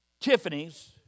Tiffany's